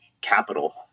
capital